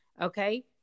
okay